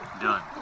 done